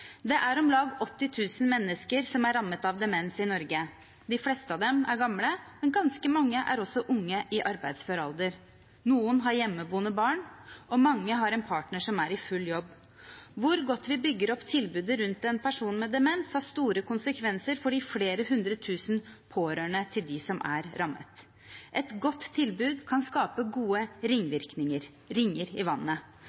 Om lag 80 000 mennesker er rammet av demens i Norge. De fleste av dem er gamle, men ganske mange er unge i arbeidsfør alder, noen har hjemmeboende barn, og mange har en partner som er i full jobb. Hvor godt vi bygger opp tilbudet rundt en person med demens, har store konsekvenser for de flere hundretusen pårørende til dem som er rammet. Et godt tilbud kan skape gode